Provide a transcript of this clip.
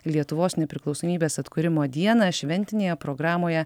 lietuvos nepriklausomybės atkūrimo dieną šventinėje programoje